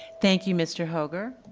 thank you, mr. hoeger.